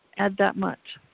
add that much.